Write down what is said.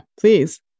please